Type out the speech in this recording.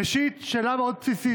ראשית, שאלה מאוד בסיסית.